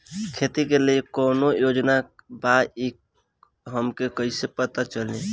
खेती के लिए कौने योजना बा ई हमके कईसे पता चली?